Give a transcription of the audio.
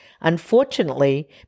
Unfortunately